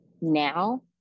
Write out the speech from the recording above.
now